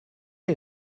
est